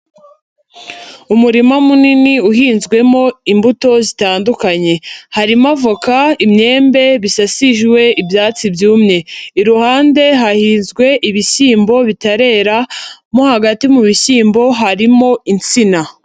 Umurima munini uhinzwemo imbuto zitandukanye, harimo avoka, imyembe bisasijwe ibyatsi byumye, iruhande hahinzwe ibishyimbo bitarera, mo hagati mu bishyimbo harimo insina.